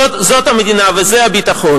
זאת המדינה וזה הביטחון.